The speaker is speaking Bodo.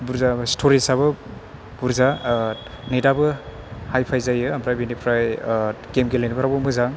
बुरजा सिथ'रेज आबो बुरजा नेथआबो हाइ फाइ जायो आमफ्राय बेनिफ्राय गेम गेलेनाय फोरावबो मोजां